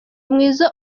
mwiza